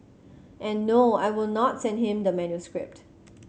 and no I will not send him the manuscript